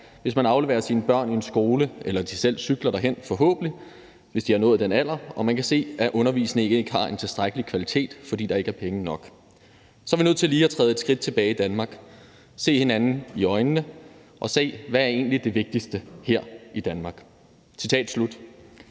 hvis man afleverer sine børn i en skole eller de forhåbentlig selv cykler derhen, hvis de har nået den alder, og man kan se, at undervisningen ikke har en tilstrækkelig kvalitet, fordi der ikke er penge nok? Så er vi nødt til lige at træde et skridt tilbage i Danmark, se hinanden i øjnene og se, hvad det vigtigste her i Danmark egentlig